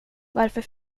varför